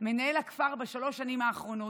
מנהל הכפר בשלוש השנים האחרונות,